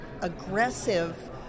aggressive